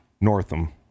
Northam